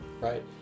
right